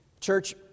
Church